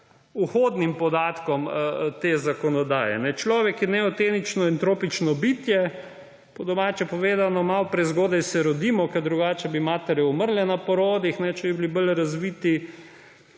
vhodnim podatkom te zakonodaje. Človek je neavtenično entropično bitje. Po domače povedano, malo prezgodaj se rodimo, ker bi matere umrle med porodi, če bi bili bolj razviti,